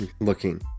looking